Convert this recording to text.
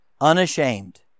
unashamed